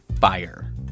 fire